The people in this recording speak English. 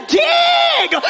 dig